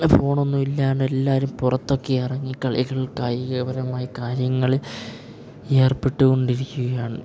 ഫോണൊന്നും ഇല്ലാണ്ട് എല്ലാവരും പുറത്തൊക്കെ ഇറങ്ങി കളികൾ കായികപരമായി കാര്യങ്ങൾ ഏർപ്പെട്ടുകൊണ്ടിരിക്കുകയാണ്